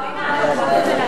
תודה רבה לך, אדוני היושב-ראש.